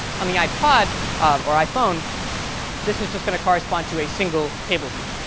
on the ipod or iphone this is going to correspond to a single table view.